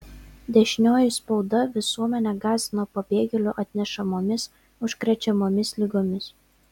dešinioji spauda visuomenę gąsdino pabėgėlių atnešamomis užkrečiamomis ligomis